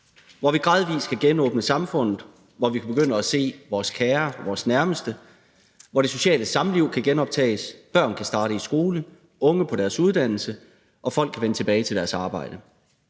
hvor vi gradvis skal genåbne samfundet, hvor vi kan begynde at se vores kære og vores nærmeste, hvor det sociale samliv kan genoptages, hvor børnene kan starte i skole og unge på deres uddannelse, og hvor folk kan vende tilbage deres arbejde.